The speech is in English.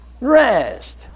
Rest